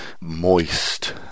moist